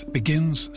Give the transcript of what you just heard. begins